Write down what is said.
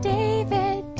David